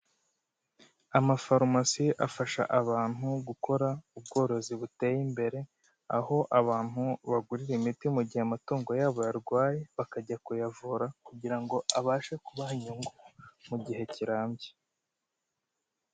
Amafarumasi afasha abantu gukora ubworozi buteye imbere aho abantu bagurira imiti mu gihe amatungo yabo yarwaye bakajya kuyavura kugira ngo abashe kubaha inyungu mu gihe kirambye.